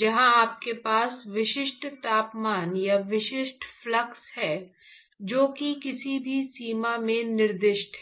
जहां आपके पास विशिष्ट तापमान या विशिष्ट फ्लक्स हैं जो कि किसी भी सीमा में निर्दिष्ट हैं